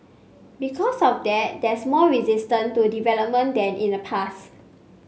because of that there's more resistance to development than in the past